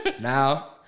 Now